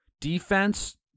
Defense